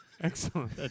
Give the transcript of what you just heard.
Excellent